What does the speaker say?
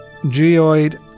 Geoid